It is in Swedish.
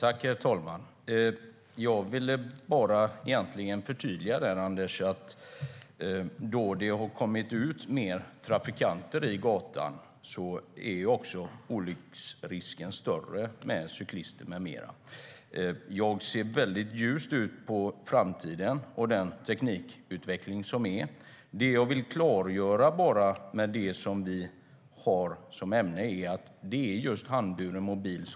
Herr talman! Jag vill bara förtydliga vad jag sa. Då det har kommit ut fler trafikanter i gatan är också olycksrisken större för cyklister med mera. Jag ser väldigt ljust på framtiden och den teknikutveckling som sker. Det jag vill klargöra är att vårt förslag gäller just handhållna mobiler.